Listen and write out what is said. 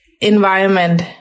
environment